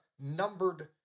numbered